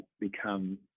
become